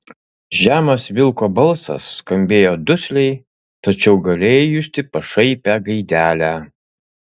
žemas vilko balsas skambėjo dusliai tačiau galėjai justi pašaipią gaidelę